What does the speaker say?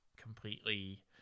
completely